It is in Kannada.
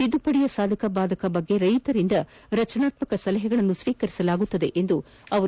ತಿದ್ಲುಪಡಿಯ ಸಾಧಕ ಭಾದಕಗಳ ಕುರಿತು ರೈತರಿಂದ ರಚನಾತ್ಮಕ ಸಲಹೆಗಳನ್ನು ಸ್ವೀಕರಿಸಲಾಗುತ್ತದೆ ಎಂದರು